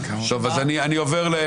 אין נמנעים.